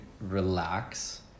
relax